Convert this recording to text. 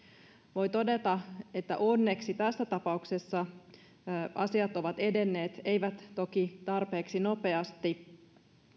voi todeta että onneksi tässä tapauksessa asiat ovat edenneet eivät toki tarpeeksi nopeasti